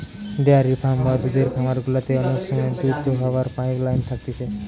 dairy farm বা দুধের খামার গুলাতে অনেক সময় দুধ দোহাবার পাইপ লাইন থাকতিছে